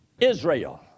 Israel